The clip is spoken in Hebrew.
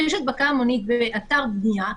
ואם יש הדבקה המונית באתר בנייה,